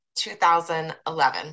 2011